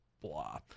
blah